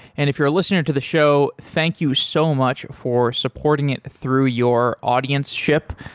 and if you're a listener to the show, thank you so much for supporting it through your audienceship.